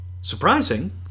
surprising